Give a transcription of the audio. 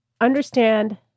Understand